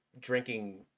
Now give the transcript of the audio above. drinking